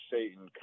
Satan